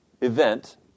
event